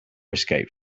escaped